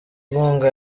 inkunga